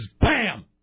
bam